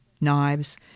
knives